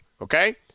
Okay